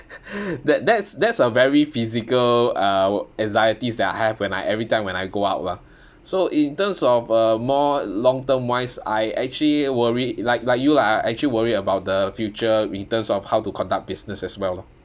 that that's that's a very physical uh anxieties that I have when I every time when I go out lah so in terms of a more long term wise I actually worry like like you lah I actually worry about the future returns of how to conduct business as well lor